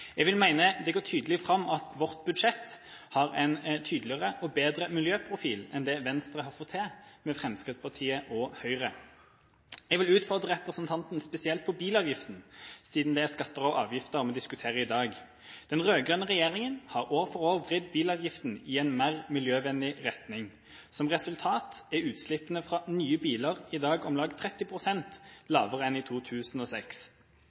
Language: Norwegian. Jeg vil mene at det går tydelig fram at vårt budsjett har en tydeligere og bedre miljøprofil enn det Venstre har fått til med Fremskrittspartiet og Høyre. Jeg vil utfordre representanten spesielt på bilavgiften, siden det er skatter og avgifter vi diskuterer i dag. Den rød-grønne regjeringa har år for år vridd bilavgiften i en mer miljøvennlig retning. Som resultat er utslippene fra nye biler i dag om lag 30 pst. lavere enn i 2006.